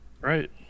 Right